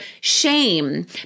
shame